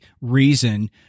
reason